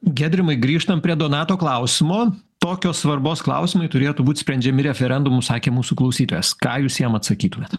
giedrimai grįžtam prie donato klausimo tokios svarbos klausimai turėtų būt sprendžiami referendumu sakė mūsų klausytojas ką jūs jam atsakytumėt